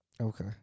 Okay